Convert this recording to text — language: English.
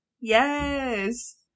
Yes